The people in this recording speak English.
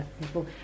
people